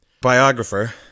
biographer